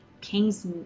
kings